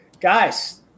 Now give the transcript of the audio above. guys